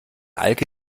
alke